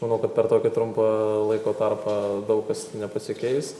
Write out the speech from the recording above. manau kad per tokį trumpą laiko tarpą daug kas nepasikeis